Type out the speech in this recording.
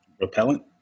Repellent